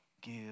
give